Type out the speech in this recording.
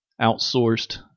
outsourced